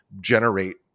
generate